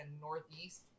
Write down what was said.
northeast